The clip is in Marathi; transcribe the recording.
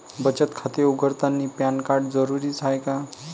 बचत खाते उघडतानी पॅन कार्ड जरुरीच हाय का?